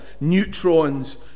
neutrons